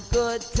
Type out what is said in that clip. good.